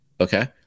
okay